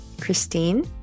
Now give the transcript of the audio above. Christine